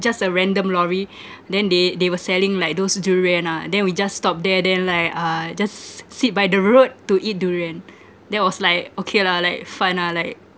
just a random lorry then they they were selling like those durian ah then we just stop there then like uh just s~ sit by the road to eat durian that was like okay lah like fun ah like